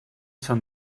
són